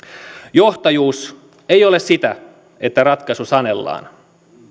johtajuus ei ole sitä että ratkaisu sanellaan